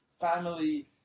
family